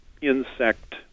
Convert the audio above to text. insect